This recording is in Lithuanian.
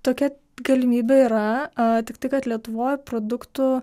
tokia galimybė yra tik tai kad lietuvoj produktų